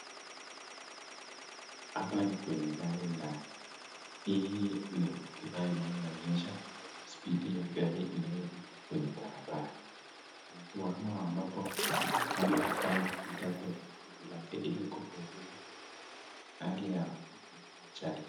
Hapa ni kwenye gari ndani, hii ni kifaa inayoonyesha spidi ya gari inayopita kwenye barabara. Kuna kiwango ambapo gari haifai kupita kwenye spidi lake ili kupunguza hali ya ajali.